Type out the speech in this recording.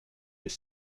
est